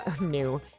new